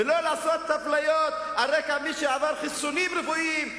ולא לעשות אפליות על רקע מי שעבר חיסונים רפואיים,